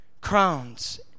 crowns